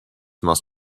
must